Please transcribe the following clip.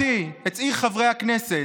מחליאה אותי, את צעיר חברי הכנסת.